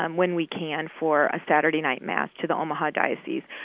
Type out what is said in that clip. um when we can for a saturday-night mass, to the omaha diocese.